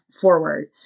forward